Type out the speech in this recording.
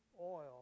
oil